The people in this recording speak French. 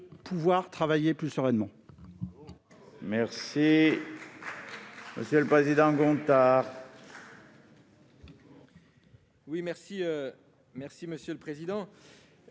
de travailler plus sereinement.